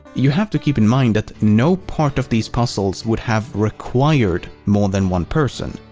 you have to keep in mind that no part of these puzzles would have required more than one person.